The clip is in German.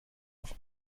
auf